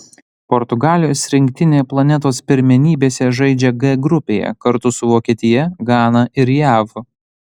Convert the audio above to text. portugalijos rinktinė planetos pirmenybėse žaidžia g grupėje kartu su vokietija gana ir jav